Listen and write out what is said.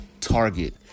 target